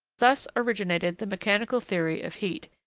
thus originated the mechanical theory of heat,